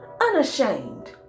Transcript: unashamed